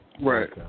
Right